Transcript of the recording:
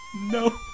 No